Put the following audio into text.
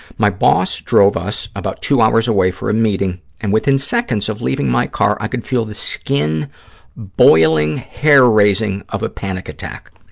my boss drove us about two hours away for a meeting and, within seconds of leaving my car, i could feel the skin boiling, hair raising of a panic attack.